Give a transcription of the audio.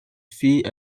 fut